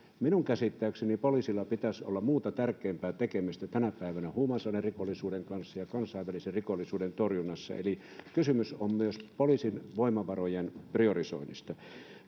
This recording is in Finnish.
minun käsittääkseni poliisilla pitäisi olla muuta tärkeämpää tekemistä tänä päivänä huumausainerikollisuuden kanssa ja kansainvälisen rikollisuuden torjunnassa eli kysymys on myös poliisin voimavarojen priorisoinnista